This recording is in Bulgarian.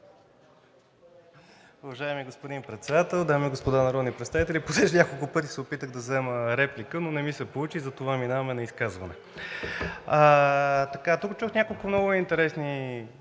Уважаеми господин Председател, дами и господа народни представители! Последните няколко пъти се опитах да взема реплика, но не ми се получи, затова минавам на изказване. В дебата чух няколко много интересни